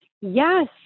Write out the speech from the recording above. Yes